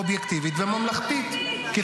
ואובייקטיבית וממלכתית -- תקדמו ועדת חקירה ממלכתית.